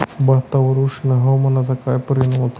भातावर उष्ण हवामानाचा काय परिणाम होतो?